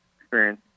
experience